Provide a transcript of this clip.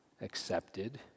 accepted